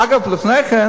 אגב, לפני כן